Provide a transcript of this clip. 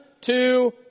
two